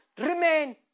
remain